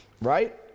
right